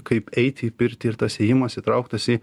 kaip eiti į pirtį ir tas ėjimas įtrauktas į